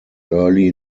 early